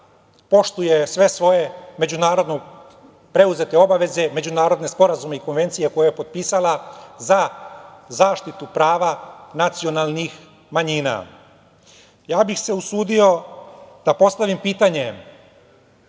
poštuje sve svoje međunarodno preuzete obaveze, međunarodne sporazume i konvencije koje je potpisala za zaštitu prava nacionalnih manjina. Ja bih se usudio da postavim pitanje